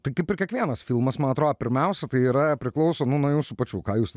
tai kaip ir kiekvienas filmas man atrodo pirmiausia tai yra priklauso nu nuo jūsų pačių ką jūs